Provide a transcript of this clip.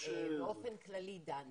באופן כללי דנו.